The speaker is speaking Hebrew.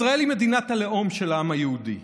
ישראל היא מדינת הלאום של העם היהודי,